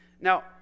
now